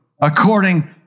according